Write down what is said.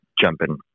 jumping